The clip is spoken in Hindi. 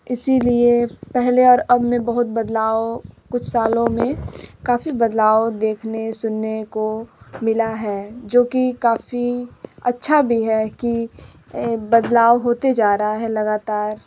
इसीलिए पहले और अब में बहुत बदलाव कुछ सालों में काफ़ी बदलाव देखने सुनने को मिला है जो कि काफ़ी अच्छा भी है कि बदलाव होते जा रहा है लगातार